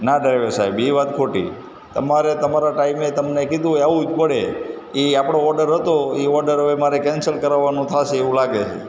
ના ડ્રાઈવર સાહેબ એ વાત ખોટી તમારે તમારા ટાઈમે તમને કીધું હોય આવવું જ પડે એ આપણો ઓર્ડર હતો એ ઓર્ડર હવે મારે કેન્સલ કરવાનો થશે એવું લાગે છે